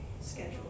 schedule